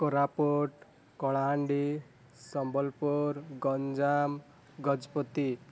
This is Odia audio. କୋରାପୁଟ କଳାହାଣ୍ଡି ସମ୍ବଲପୁର ଗଞ୍ଜାମ ଗଜପତି